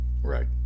Right